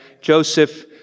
Joseph